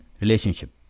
relationship